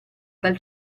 dal